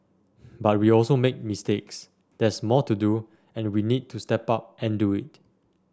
but we also made mistakes there's more to do and we need to step up and do it